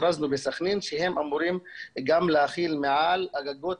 הכרזנו בסח'נין שהם אמורים גם להכיל מעל הגגות,